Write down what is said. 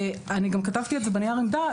אני גם כתבתי את זה בנייר העמדה,